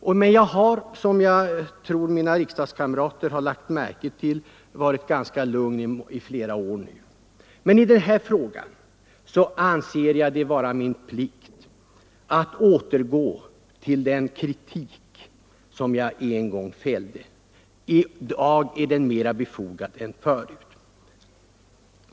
Jag har emellertid, som jag tror mina riksdagskamrater lagt märke till, under flera år varit ganska lugn när det gällt att kritisera. I den här frågan anser jag det dock vara befogat att rikta kritik.